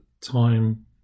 time